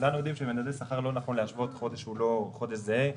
וכולנו יודעים שבמדדי שכר לא נכון להשוות חודש שהוא לא חודש זהה,